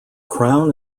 crown